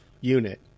unit